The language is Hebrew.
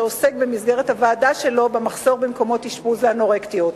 שעוסק במסגרת הוועדה שלו במחסור במקומות אשפוז לאנורקטיות.